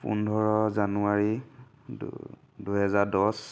পোন্ধৰ জানুৱাৰী দুহেজাৰ দহ